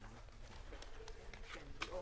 ליאור